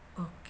Okay